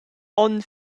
onn